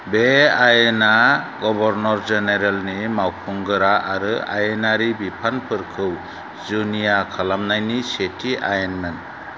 बे आयेना गवरनर जेनेरलनि मावखुंगोरा आरो आयेनारि बिबानफोरखौ जुनिया खालामनायनि सेथि आयेनमोन